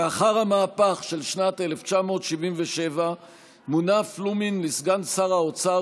לאחר המהפך של שנת 1977 מונה פלומין לסגן שר האוצר